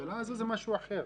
הממשלה הזו זה משהו אחר.